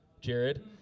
Jared